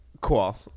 Cool